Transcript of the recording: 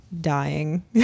dying